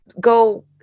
go